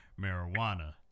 marijuana